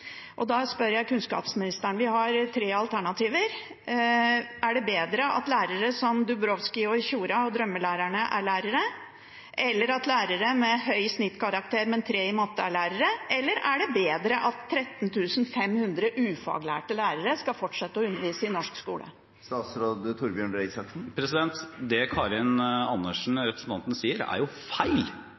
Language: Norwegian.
Da spør jeg kunnskapsministeren, vi har tre alternativer: Er det bedre at drømmelærere som Dubowski og Tjora, er lærere, at lærere med høy snittkarakter, men med 3 i matte, er lærere, eller er det bedre at 13 500 ufaglærte lærere skal fortsette å undervise i norsk skole? Det representanten Karin Andersen sier, er jo feil.